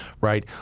right